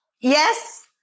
yes